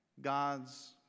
God's